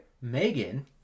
Megan